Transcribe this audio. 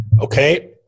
Okay